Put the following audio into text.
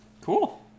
Cool